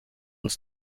uns